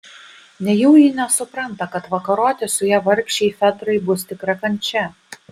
nejau ji nesupranta kad vakaroti su ja vargšei fedrai bus tikra kančia